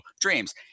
dreams